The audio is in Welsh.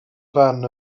fan